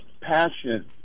passion